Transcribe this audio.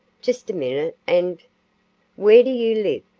just a minute, and where do you live?